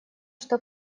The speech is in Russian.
что